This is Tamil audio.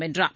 வென்றார்